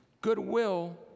goodwill